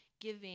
giving